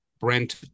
Brent